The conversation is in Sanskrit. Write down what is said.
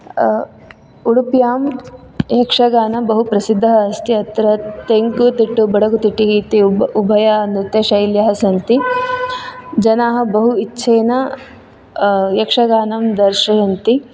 उदुप्यां यक्षगानः बहु प्रसिद्धः अस्ति अत्र तेंकुतिट्टु बडगुतिट्टु इति उब उभयनृत्यशैल्यः सन्ति जनाः बहु इच्छेन यक्षगानम् दर्शयन्ति